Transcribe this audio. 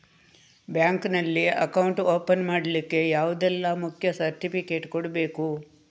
Bank ನಲ್ಲಿ account open ಮಾಡ್ಲಿಕ್ಕೆ ಯಾವುದೆಲ್ಲ ಮುಖ್ಯ ಸರ್ಟಿಫಿಕೇಟ್ ಕೊಡ್ಬೇಕು?